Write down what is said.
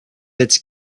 its